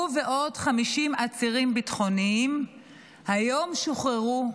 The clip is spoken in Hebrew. הוא ועוד 50 עצירים ביטחוניים היום שוחררו,